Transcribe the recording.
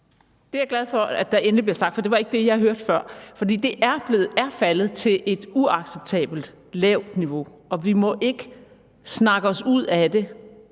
Det er jeg glad for endelig bliver sagt, for det var ikke det, jeg hørte før. For det er faldet til et uacceptabelt lavt niveau. Vi må ikke snakke os ud af det,